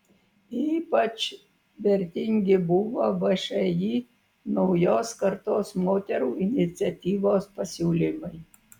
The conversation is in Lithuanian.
ypač vertingi buvo všį naujos kartos moterų iniciatyvos pasiūlymai